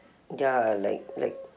ya like like